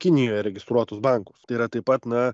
kinijoje registruotus bankus tai yra taip pat na